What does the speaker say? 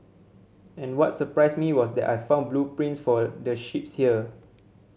and what surprised me was that I found blueprints for the ships here